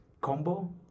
combo